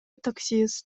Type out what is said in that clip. таксист